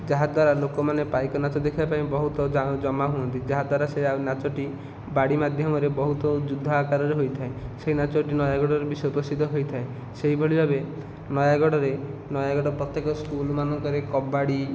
ଯାହାଦ୍ୱାରା ଲୋକମାନେ ପାଇକ ନାଚ ଦେଖିବା ପାଇଁ ବହୁତ ଜ ଜମା ହୁଅନ୍ତି ଯାହାଦ୍ୱାରା ସେଇଆ ନାଚଟି ବାଡ଼ି ମାଧ୍ୟମରେ ବହୁତ ଯୁଦ୍ଧ ଆକାରରେ ହୋଇଥାଏ ସେ ନାଚଟି ନୟାଗଡ଼ ରେ ବିଶ୍ବପ୍ରସିଦ୍ଧ ହୋଇଥାଏ ସେହିଭଳି ଭାବେ ନୟାଗଡ଼ ରେ ନୟାଗଡ଼ ପ୍ରତ୍ୟେକ ସ୍କୁଲ ମାନଙ୍କରେ କବାଡ଼ି